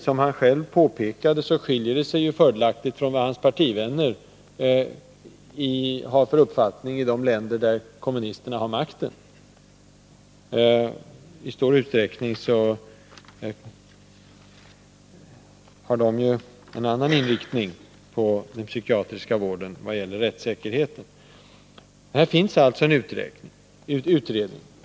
Som han själv påpekade skiljer det sig fördelaktigt från den uppfattning som hans partivänner har i de länder där kommunisterna har makten. De har i stor utsträckning en annan inriktning på den psykiatriska vården vad gäller rättssäkerheten. Det pågår alltså en utredning om just tvånget inom den psykiatriska vården.